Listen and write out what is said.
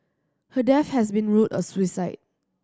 her death has been ruled a suicide